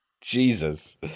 Jesus